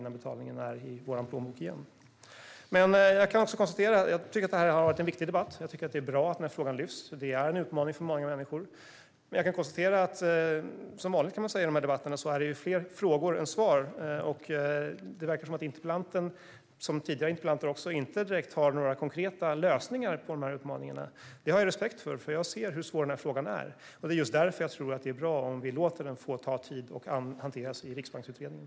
Jag tycker att detta har varit en viktig debatt. Jag tycker att det är bra att den här frågan tas upp. Det är en utmaning för många människor. Som vanligt i de här debatterna är det fler frågor än svar. Det verkar som om interpellanten, i likhet med tidigare interpellanter, inte direkt har några konkreta lösningar på utmaningarna. Det har jag respekt för, för jag ser hur svåra de här frågorna är. Det är just därför jag tror att det är bra om vi låter den få ta tid och hanteras i Riksbanksutredningen.